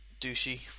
Douchey